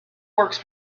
works